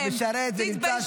כל מי שנמצא פה משרת ונמצא שם.